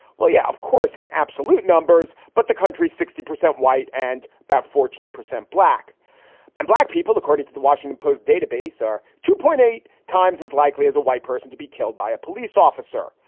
well, yeah, of course, in absolute numbers. but the country's sixty percent white and about fourteen percent black and black people, according to the washington post database, are two point eight times as likely as a white person to be killed by a police officer.